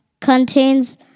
contains